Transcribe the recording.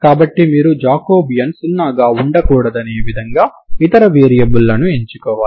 కాబట్టి మీరు జాకోబియన్ సున్నాగా ఉండకూడదనే విధంగా ఇతర వేరియబుల్ లని ఎంచుకోవాలి